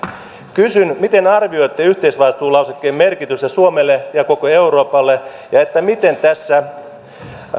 kysyn miten arvioitte yhteisvastuulausekkeen merkitystä suomelle ja koko euroopalle ja miten tässä